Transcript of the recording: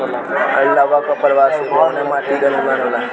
लावा क प्रवाह से कउना माटी क निर्माण होला?